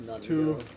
Two